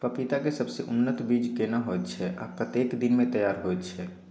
पपीता के सबसे उन्नत बीज केना होयत छै, आ कतेक दिन में तैयार होयत छै?